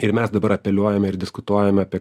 ir mes dabar apeliuojame ir diskutuojame apie